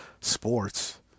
sports